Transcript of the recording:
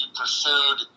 pursued